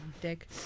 dick